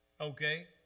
Okay